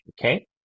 okay